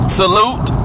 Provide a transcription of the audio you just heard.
salute